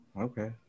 Okay